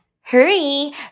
hurry